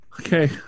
Okay